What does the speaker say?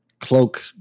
cloak